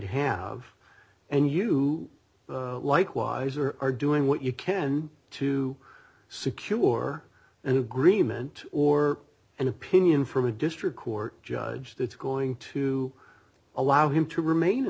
have and you likewise are are doing what you can to secure an agreement or an opinion from a district court judge that's going to allow him to remain in